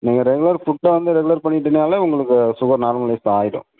நீங்கள் ரெகுலர் ஃபுட்டை வந்து ரெகுலர் பண்ணிட்டினாலே உங்களுக்கு சுகர் நார்மலைஸ் ஆயிடும்